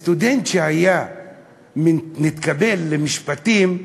סטודנט שהיה מתקבל למשפטים,